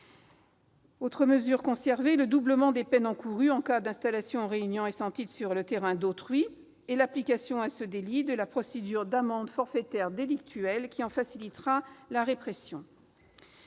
Autre mesure conservée : le doublement des peines encourues en cas d'installation en réunion et sans titre sur le terrain d'autrui, et l'application à ce délit de la procédure d'amende forfaitaire délictuelle, qui en facilitera la répression.